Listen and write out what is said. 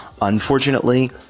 Unfortunately